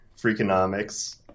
Freakonomics